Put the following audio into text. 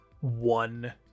one